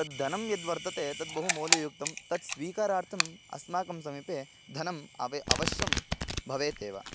तद्धनं यद्वर्तते तद्बहु मौल्ययुक्तं तत् स्वीकारार्थम् अस्माकं समीपे धनम् अवे अवश्यं भवेत् एव